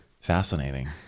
Fascinating